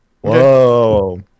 whoa